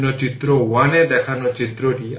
সুতরাং এখানে এটি 10 এবং এটি r যাকে আমরা r 2 বলি